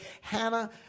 Hannah